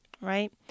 right